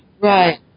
right